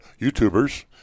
YouTubers